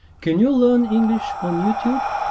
can you learn english on youtube?